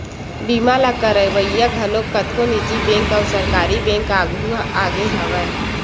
बीमा ल करवइया घलो कतको निजी बेंक अउ सरकारी बेंक आघु आगे हवय